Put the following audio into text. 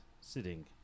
sitting